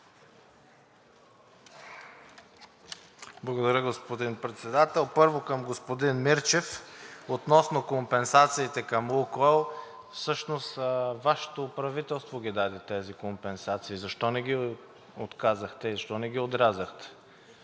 Благодаря, господин Председател. Първо към господин Мирчев относно компенсациите към „Лукойл“. Всъщност Вашето правителство ги даде тези компенсации. Защо не ги отказахте и защо не ги отрязахте?